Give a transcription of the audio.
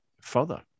further